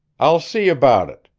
i'll see about it.